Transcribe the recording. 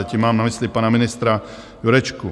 Tím mám na mysli pana ministra Jurečku.